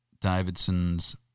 Davidsons